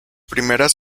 primeras